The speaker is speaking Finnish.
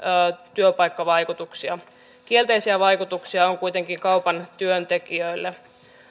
työpaikkavaikutuksia kielteisiä vaikutuksia on kuitenkin kaupan työntekijöille